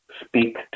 speak